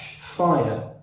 fire